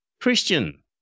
Christian